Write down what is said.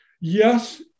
Yes